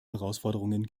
herausforderungen